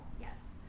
yes